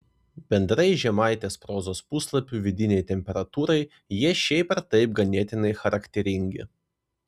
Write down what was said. bendrai žemaitės prozos puslapių vidinei temperatūrai jie šiaip ar taip ganėtinai charakteringi